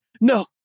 no